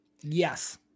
Yes